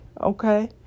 okay